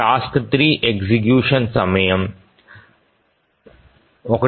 task 3 execution సమయం 1